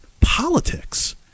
politics